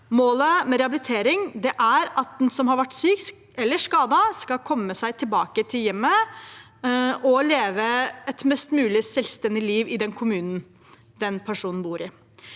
Målet med rehabilitering er at den som har vært syk eller skadet, skal komme seg tilbake til hjemmet og leve et mest mulig selvstendig liv i den kommunen personen bor i.